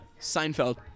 Seinfeld